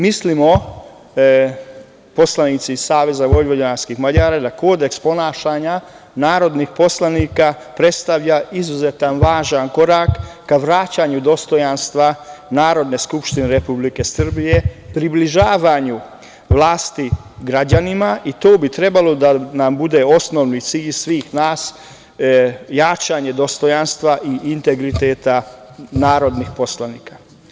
Poslanici SVM misle da kodeks ponašanja narodnih poslanika predstavlja izuzetno važan korak ka vraćanju dostojanstva Narodne skupštine Republike Srbije, približavanju vlasti građanima i to bi trebalo da bude osnovni cilj svih nas, jačanje dostojanstva i integriteta narodnih poslanika.